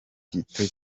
gito